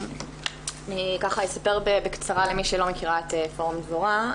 אני אספר בקצרה למי שלא מכירה את פורום דבורה.